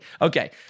okay